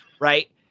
Right